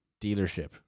dealership